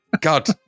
god